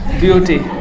beauty